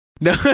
No